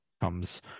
comes